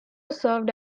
served